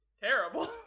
terrible